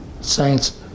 Saints